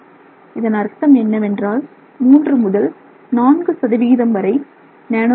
இதன் அர்த்தம் என்னவென்றால் மூன்று முதல் 4 சதவீதம் வரை நானோ மெட்டீரியல்